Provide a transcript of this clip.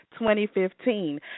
2015